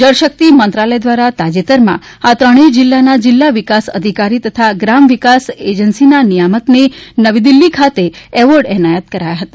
જળશક્તિ મંત્રાલય દ્વારા તાજેતરમાં આ ત્રણેય જિલ્લાના જિલ્લા વિકાસ અધિકારી તથા ગ્રામ વિકાસ અજન્સીના નિયામકને નવી દિલ્હી ખાતે એવોર્ડ એનાયત કરાયા હતા